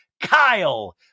Kyle